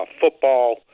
football